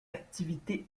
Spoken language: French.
activités